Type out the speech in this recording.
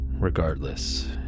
Regardless